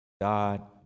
God